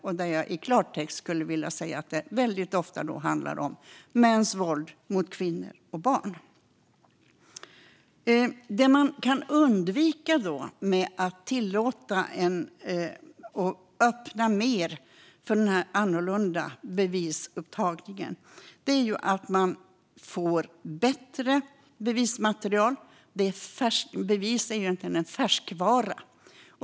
Jag skulle i klartext vilja säga att det väldigt ofta handlar om mäns våld mot kvinnor och barn. Det man kan uppnå genom att tillåta och mer öppna för den annorlunda bevisupptagningen är att man får ett bättre bevismaterial. Bevis är egentligen en färskvara.